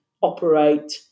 operate